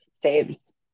saves